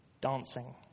dancing